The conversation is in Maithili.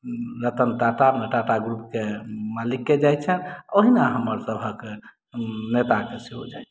रतन टाटा मने टाटा ग्रुपके मालिकके जाइत छनि ओहिना हमरसभक नेताकेँ सेहो जाइत छनि